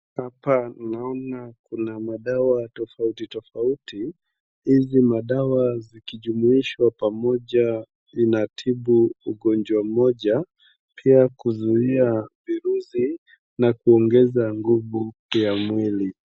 Hapa naona kuna madawa totauti tofauti. Hizi madawa zikijumuishwa pamoja zinatibu ugonjwa mmoja, pia kuzuia virusi na kuongeza nguvu ya mwili.